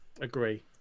Agree